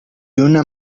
una